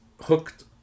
hooked